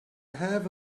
have